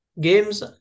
games